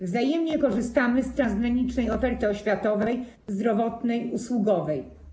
Wzajemnie korzystamy z transgranicznej oferty oświatowej, zdrowotnej, usługowej.